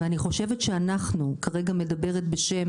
אני חושבת שאנחנו, ואני כרגע מדברת בשם